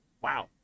Wow